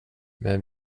men